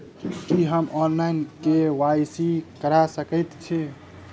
की हम online, KYC करा सकैत छी?